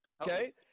okay